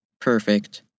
perfect